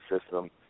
system